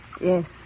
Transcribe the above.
Yes